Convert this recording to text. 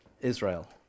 Israel